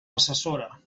assessora